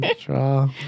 Draw